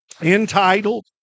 entitled